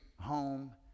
home